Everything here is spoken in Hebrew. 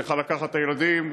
צריכה לקחת את הילדים,